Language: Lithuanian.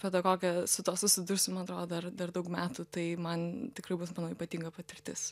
pedagogė su tuo susidursiu man atrodo dar dar daug metų tai man tikrai bus mano ypatinga patirtis